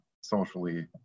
socially